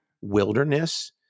wilderness